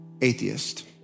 atheist